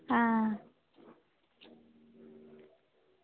हां